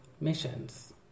missions